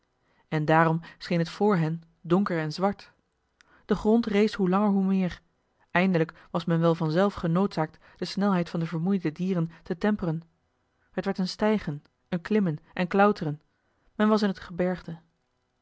en daarom scheen het vr hen donker en zwart de grond rees hoe langer hoe meer eindelijk was men wel van zelf genoodzaakt de snelheid van de vermoeide dieren te temperen het werd een stijgen een klimmen en klauteren men was in t gebergte